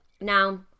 Now